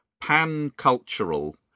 pan-cultural